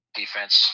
defense